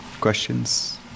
Questions